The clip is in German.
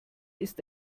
ist